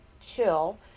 chill